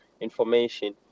information